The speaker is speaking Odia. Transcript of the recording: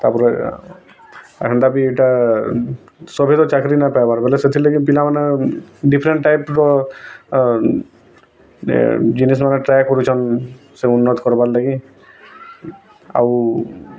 ତା'ପରେ ହେନ୍ତା ବି ଇଟା ସଭେ ତ ଚାକ୍ରି ନାଇଁ ପାଇବାର୍ ବୋଲେ ସେଥିର୍ଲାଗି ପିଲାମାନେ ଡିଫେରଣ୍ଟ୍ ଟାଇପର୍ ଜିନିଷ୍ମାନେ ଟ୍ରାଏ କରୁଛନ୍ ସେ ଉନ୍ନତ୍ କର୍ବାର ଲାଗି ଆଉ